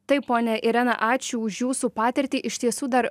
taip ponia irena ačiū už jūsų patirtį iš tiesų dar